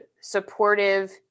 supportive